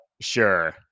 sure